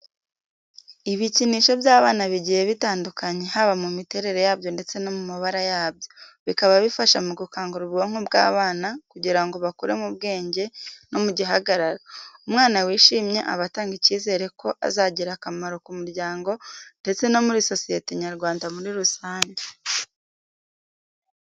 Ibikinisho by'abana bigiye bitandukanye haba mu miterere yabyo ndetse no mu mabara yabyo. Bikaba bifasha mu gukangura ubwonko bw'abana kugirango bakure mu bwenge ndetse no mu gihagararo. Umwana wishimye, aba atanga icyizere ko azagira akamaro ku muryango ndetse no muri sosiyete nyarwanda muri rusange.